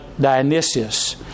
Dionysius